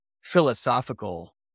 philosophical